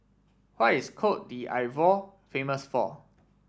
what is Cote d'Ivoire famous for